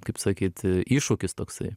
kaip sakyt iššūkis toksai